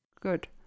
Good